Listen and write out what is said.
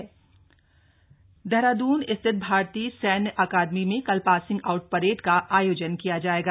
IMA POP Dehradun स्थित भारतीय सैन्य अकादमी में कल पासिंग आउट परेड का आयोजन किया जाएगा